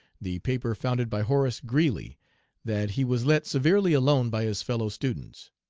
the paper founded by horace greeley that he was let severely alone by his fellow-students.